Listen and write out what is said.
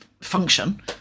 function